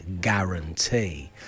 guarantee